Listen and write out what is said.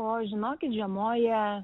o žinokit žiemoja